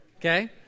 Okay